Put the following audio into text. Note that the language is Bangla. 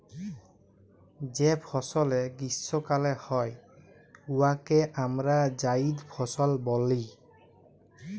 যে ফসলে গীষ্মকালে হ্যয় উয়াকে আমরা জাইদ ফসল ব্যলি